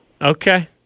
Okay